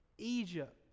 Egypt